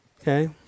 Okay